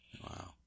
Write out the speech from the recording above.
Wow